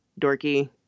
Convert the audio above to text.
dorky